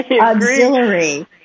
auxiliary